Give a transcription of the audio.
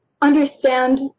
understand